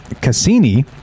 Cassini